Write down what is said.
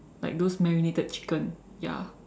like those marinated chicken ya